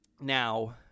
Now